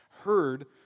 heard